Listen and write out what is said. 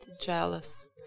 jealous